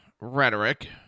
rhetoric